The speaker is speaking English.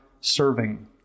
serving